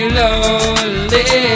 lonely